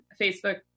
Facebook